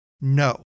no